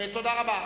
תודה רבה.